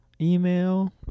email